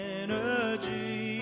energy